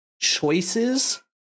choices